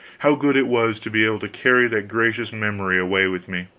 how good it was to be able to carry that gracious memory away with me!